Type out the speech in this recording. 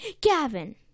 Gavin